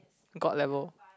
god level